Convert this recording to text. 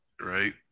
Right